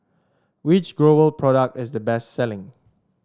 which Growell product is the best selling